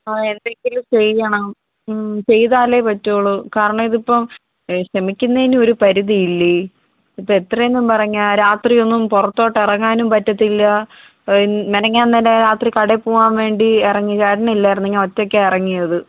അതെ എന്തെങ്കിലും ചെയ്യണം ചെയ്താലേ പറ്റുള്ളൂ കാരണം ഇതിപ്പോൾ ക്ഷമിക്കുന്നതിനും ഒരു പരിധിയില്ലേ ഇത് എത്രയെന്നും പറഞ്ഞാണ് രാത്രി ഒന്നും പുറത്തോട്ട് ഇറങ്ങാനും പറ്റില്ല മിനിഞ്ഞാന്ന് തന്നെ രാത്രി കടയിൽ പോകാൻ വേണ്ടി ഇറങ്ങി ചേട്ടൻ ഇല്ലായിരുന്നു ഞാൻ ഒറ്റയ്ക്കാണ് ഇറങ്ങിയത്